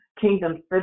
kingdom